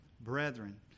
brethren